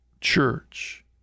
church